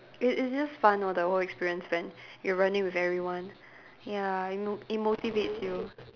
it it's just fun lor the whole experience when you're running with everyone ya it mo~ it motivates you